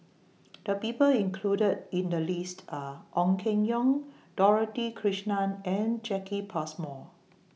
The People included in The list Are Ong Keng Yong Dorothy Krishnan and Jacki Passmore